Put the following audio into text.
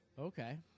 Okay